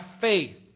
faith